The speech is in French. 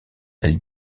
elle